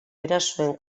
erasoen